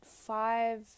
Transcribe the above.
five